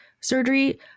surgery